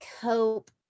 cope